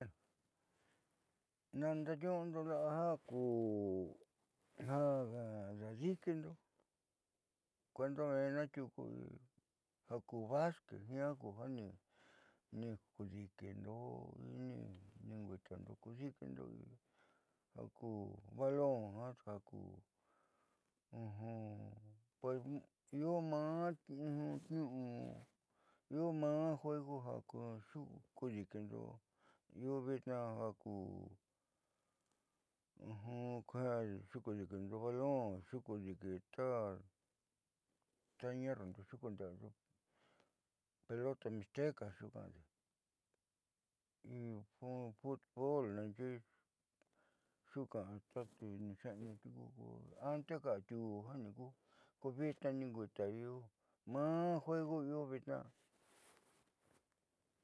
Naandaninuundo la'a ja dadikindo kuenda menna tiuku ja ku basquet jiaa ku jani kudiikindo in ninkuiitando kudiikindo ja ku balón ja ku io maá niu'u iu ma'a juegu ja xikuudiikindo balón ta ku ñerrundo pelota mixteca xiikunde'eando futbool naanxe'e xuuka'a ta nixeenuundo tiuku ante ka atiuu janikuu ko vitnaa ninkuita ma'a juegu io vitnaa.